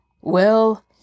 Well